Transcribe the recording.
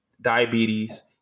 diabetes